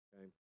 okay